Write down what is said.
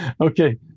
Okay